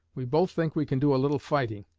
we both think we can do a little fighting,